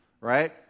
right